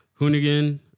Hoonigan